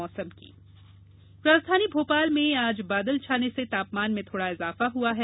मौसम राजधानी भोपाल में आज बादल छाने से तापमान में थोड़ा इजाफा हुआ है